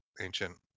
ancient